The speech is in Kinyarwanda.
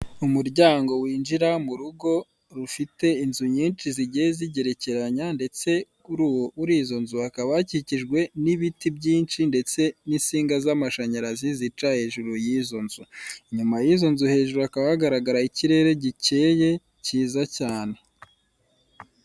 Umuryango winjira mu rugo rufite inzu nyinshi zigiye zigerekeranya ndetse kuri izo nzu hakaba hakikijwe n'ibiti byinshi ndetse n'insinga z'amashanyarazi zica hejuru y'izo nzu, inyuma y'izo nzu hakaba hagaragara ikirere gikeye cyiza cyane.